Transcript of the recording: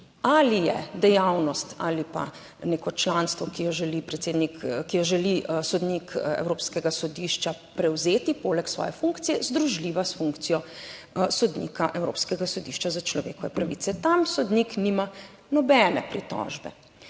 dejavnost ali pa neko članstvo, ki jo želi sodnik Evropskega sodišča prevzeti poleg svoje funkcije, združljiva s funkcijo sodnika Evropskega sodišča za človekove pravice. Tam sodnik nima nobene pritožbe.